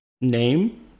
name